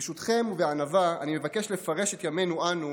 ברשותכם, ובענווה, אני מבקש לפרש את ימינו אנו